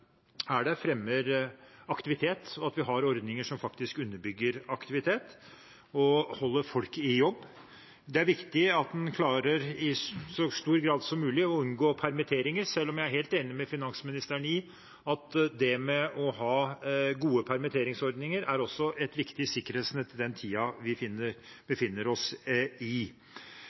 er der, fremmer aktivitet, og at vi har ordninger som faktisk underbygger aktivitet og holder folk i jobb. Det er viktig at en i så stor grad som mulig klarer å unngå permitteringer, selv om jeg er helt enig med finansministeren i at det å ha gode permitteringsordninger også er et viktig sikkerhetsnett i den tiden vi befinner oss i.